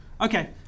Okay